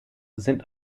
sind